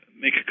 make